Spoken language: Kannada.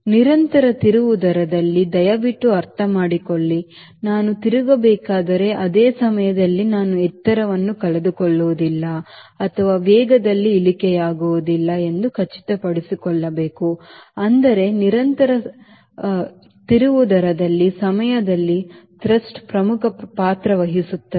ನಿರಂತರ ತಿರುವು ದರದಲ್ಲಿ ದಯವಿಟ್ಟು ಅರ್ಥಮಾಡಿಕೊಳ್ಳಿ ನಾನು ತಿರುಗಬೇಕಾದರೆ ಅದೇ ಸಮಯದಲ್ಲಿ ನಾನು ಎತ್ತರವನ್ನು ಕಳೆದುಕೊಳ್ಳುವುದಿಲ್ಲ ಅಥವಾ ವೇಗದಲ್ಲಿ ಇಳಿಕೆಯಾಗುವುದಿಲ್ಲ ಎಂದು ಖಚಿತಪಡಿಸಿಕೊಳ್ಳಬೇಕು ಅಂದರೆ ನಿರಂತರ ಸಮಯದಲ್ಲಿ ಟ್ರಸ್ಟ್ ಪ್ರಮುಖ ಪಾತ್ರ ವಹಿಸಬೇಕಾಗುತ್ತದೆ